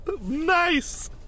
nice